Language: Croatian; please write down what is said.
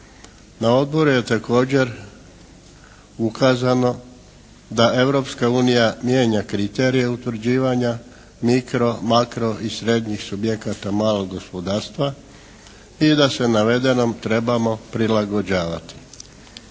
Na odboru je također ukazano da Europska unija mijenja kriterije utvrđivanja mikro, makro i srednjih subjekata malog gospodarstva i da se navedenom trebamo prilagođavati.